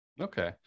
Okay